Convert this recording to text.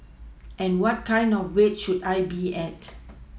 and what kind of weight should I be at